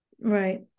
Right